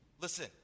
listen